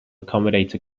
accommodate